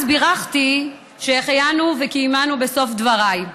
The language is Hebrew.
אז בירכתי "שהחיינו וקיימנו" בסוף דבריי,